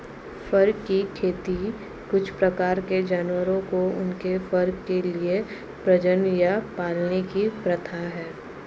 फर की खेती कुछ प्रकार के जानवरों को उनके फर के लिए प्रजनन या पालने की प्रथा है